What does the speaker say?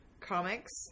comics